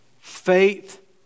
Faith